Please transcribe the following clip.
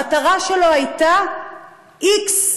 המטרה שלו הייתה איקס: